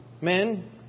Men